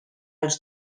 els